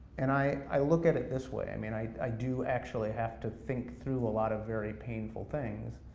and i i look at it this way, i mean, i i do actually have to think through a lot of very painful things,